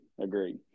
agreed